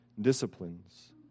disciplines